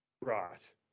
Right